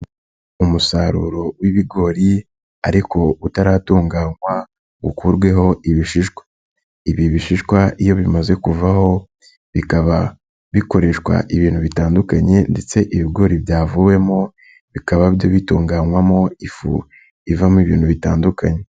Umusaruro w'ibigori ariko utaratunganywa ukurweho ibishishwa, ibi bishishwa iyo bimaze kuvaho bikaba bikoreshwa ibintu bitandukanye ndetse ibigori byavuwemo, bikaba bitunganywamo ifu ivamo ibintu bitandukanye.